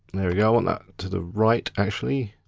there we go, i want that to the right, actually.